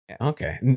Okay